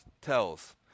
tells